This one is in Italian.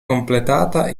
completata